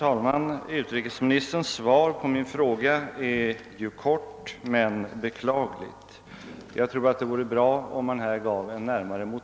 Herr talman!